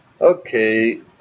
Okay